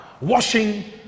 washing